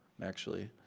actually.